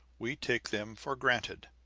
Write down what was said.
we take them for granted.